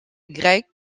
greg